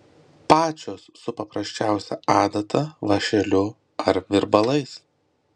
pačios su paprasčiausia adata vąšeliu ar virbalais